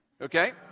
okay